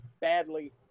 badly